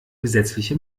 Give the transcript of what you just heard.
gesetzliche